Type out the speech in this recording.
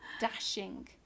dashing